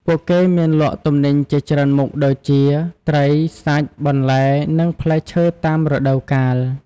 ពួកគេមានលក់ទំនិញជាច្រើនមុខដូចជា ត្រី សាច់ បន្លែ និងផ្លែឈើតាមរដូវកាល។